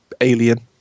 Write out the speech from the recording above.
alien